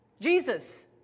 Jesus